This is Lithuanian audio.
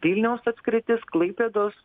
vilniaus apskritis klaipėdos